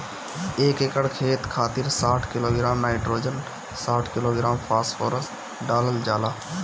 एक एकड़ खेत खातिर साठ किलोग्राम नाइट्रोजन साठ किलोग्राम फास्फोरस डालल जाला?